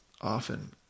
often